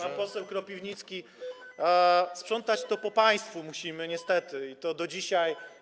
Pan poseł Kropiwnicki... - sprzątać to po państwu musimy niestety, i to do dzisiaj.